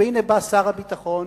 והנה בא שר הביטחון,